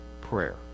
prayer